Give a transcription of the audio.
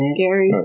Scary